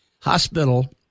hospital